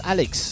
Alex